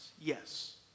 Yes